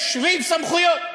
יש ריב סמכויות.